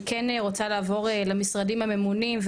אני כן רוצה לעבור למשרדים הממונים.